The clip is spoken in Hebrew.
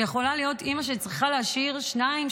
יכולה להיות אימא שצריכה להשאיר שניים,